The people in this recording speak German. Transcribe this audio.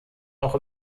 auch